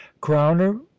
crowner